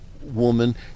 woman